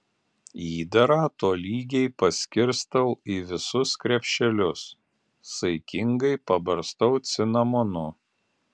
įdarą tolygiai paskirstau į visus krepšelius saikingai pabarstau cinamonu